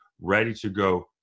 ready-to-go